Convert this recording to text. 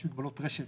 יש מגבלות רשת,